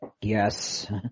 Yes